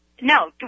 No